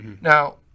Now